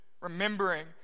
remembering